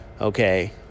okay